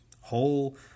whole